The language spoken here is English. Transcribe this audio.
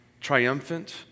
triumphant